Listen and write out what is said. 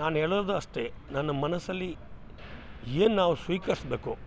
ನಾನು ಹೇಳೋದು ಅಷ್ಟೇ ನನ್ನ ಮನಸ್ಸಲ್ಲಿ ಏನು ನಾವು ಸ್ವೀಕರಿಸ್ಬೇಕೋ